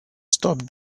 stop